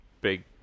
big